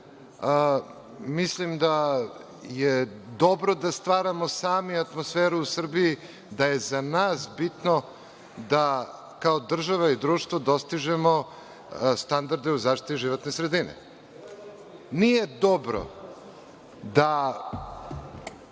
mislim da je dobro da stvaramo sami atmosferu u Srbiji, da je za nas bitno da kao država i društvo dostižemo standarde u zaštiti životne sredine. Nije dobro da